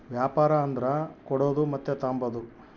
ವ್ಯಾಪಾರ ಅಂದರ ಕೊಡೋದು ಮತ್ತೆ ತಾಂಬದು